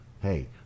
hey